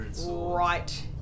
right